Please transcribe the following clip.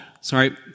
sorry